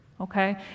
okay